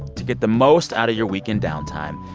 to get the most out of your weekend downtime,